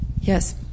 Yes